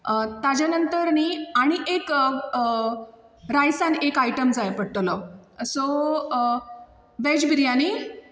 ताज्या नंतर नी आनी एक रायसान एक आयटम जाय पडटलो सो वॅज बिर्याणी